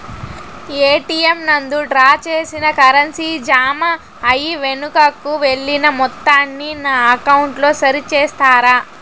ATM నందు draw చేసిన currency జామ అయి వెనుకకు వెళ్లిన మొత్తాన్ని నా అకౌంట్ లో సరి చేస్తారా?